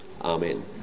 Amen